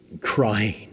Crying